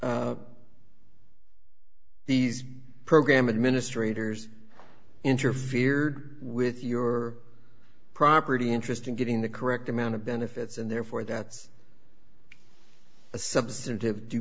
these program administrators interfered with your property interest in getting the correct amount of benefits and therefore that's a substantive due